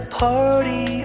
party